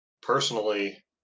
personally